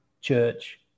church